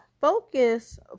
focus